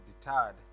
deterred